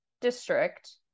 district